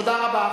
תודה רבה.